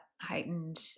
heightened